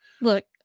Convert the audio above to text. Look